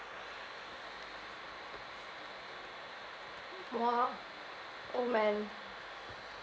!wah! oh man